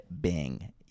bing